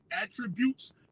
attributes